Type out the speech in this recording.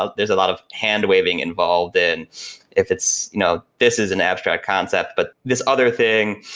ah there's a lot of hand waving involved in if it's you know this is an abstract concept, but this other thing.